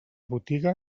botiga